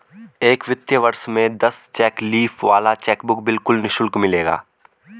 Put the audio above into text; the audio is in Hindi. एक वित्तीय वर्ष में दस चेक लीफ वाला चेकबुक बिल्कुल निशुल्क मिलेगा